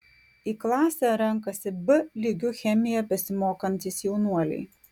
į klasę renkasi b lygiu chemiją besimokantys jaunuoliai